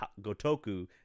Gotoku